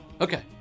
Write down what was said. Okay